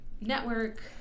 network